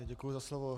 Děkuji za slovo.